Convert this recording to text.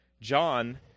John